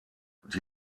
die